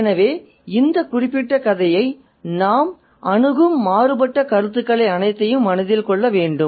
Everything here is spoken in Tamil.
எனவே இந்த குறிப்பிட்ட கதையை நாம் அணுகும் இந்த மாறுபட்ட கருத்துக்கள் அனைத்தையும் மனதில் கொள்ள வேண்டும்